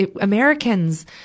Americans